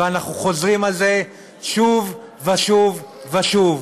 ואנחנו חוזרים על זה שוב ושוב ושוב: